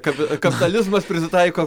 kad kapitalizmas prisitaiko